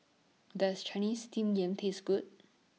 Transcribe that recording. Does Chinese Steamed Yam Taste Good